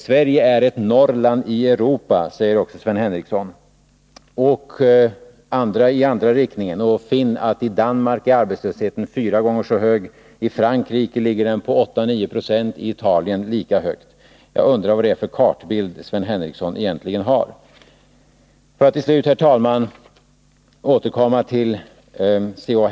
Sverige är ett Norrland i Europa, säger Sven Henricsson också. Men om Sven Henricsson åker i andra riktningen skall han finna att i Danmark är arbetslösheten fyra gånger så hög som i Sverige, i Frankrike ligger den på 8-9 0 och i Italien lika högt. Jag undrar vad det är för kartbild Sven Henricsson egentligen har. Låt mig, herr talman, för att till slut återkomma till C.-H.